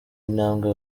intambwe